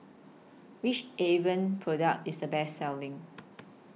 Which Avene Product IS The Best Selling